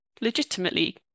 legitimately